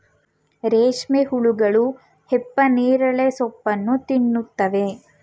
ರೇಷ್ಮೆ ಹುಳುಗಳು ಹಿಪ್ಪನೇರಳೆ ಸೋಪ್ಪನ್ನು ತಿನ್ನುತ್ತವೆ